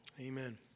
Amen